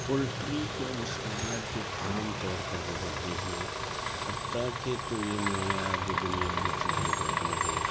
poultry کا مصنوعات جو عام طور پر جو ہوتے ہیں حتیٰ کہ تو یہ معیار جو بنیادی چیزیں ہوتی ہیں